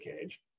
cage